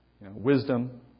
wisdom